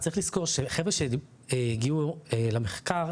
צריך לזכור שחבר'ה שהגיעו למחקר,